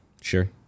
sure